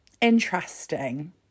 Interesting